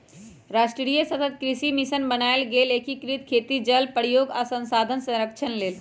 राष्ट्रीय सतत कृषि मिशन बनाएल गेल एकीकृत खेती जल प्रयोग आ संसाधन संरक्षण लेल